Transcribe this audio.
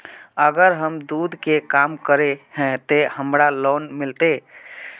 अगर हम दूध के काम करे है ते हमरा लोन मिलते?